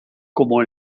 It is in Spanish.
como